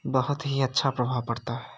बहुत ही अच्छा प्रभाव पड़ता है